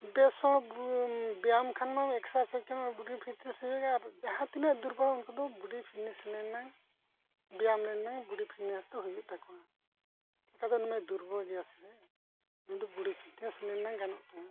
ᱵᱮᱥ ᱦᱚᱲ ᱵᱮᱭᱟᱢ ᱠᱷᱟᱱᱢᱟ ᱮᱠᱥᱟᱨᱥᱟᱭᱤᱡ ᱠᱷᱟᱱᱢᱟ ᱵᱚᱰᱤ ᱯᱷᱤᱴᱱᱮᱥ ᱦᱩᱭᱩᱜᱼᱟ ᱟᱨ ᱡᱟᱦᱟᱸ ᱛᱤᱱᱟᱹᱜ ᱫᱩᱨᱵᱚᱞ ᱩᱱᱠᱩ ᱫᱚ ᱵᱚᱰᱤ ᱯᱷᱮᱴᱱᱮᱥ ᱞᱮᱱ ᱮᱱᱟᱝ ᱵᱮᱭᱟᱢ ᱞᱮᱱ ᱮᱱᱟᱝ ᱵᱚᱰᱤ ᱯᱷᱤᱴᱱᱮᱥ ᱦᱩᱭᱩᱜ ᱛᱟᱠᱚᱣᱟ ᱪᱤᱠᱟᱹᱛᱮ ᱩᱱᱤᱢᱟᱭ ᱫᱩᱨᱵᱚᱞ ᱜᱮᱭᱟ ᱥᱮ ᱩᱱᱤ ᱫᱚ ᱵᱚᱰᱤ ᱯᱷᱤᱴᱱᱮᱥ ᱞᱮᱱ ᱮᱱᱟᱝ ᱜᱟᱱᱚᱜ ᱛᱟᱭᱟ